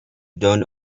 don’t